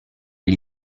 gli